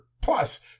plus